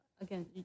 again